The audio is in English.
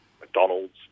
McDonald's